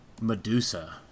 Medusa